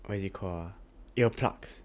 what is it call ah ear plugs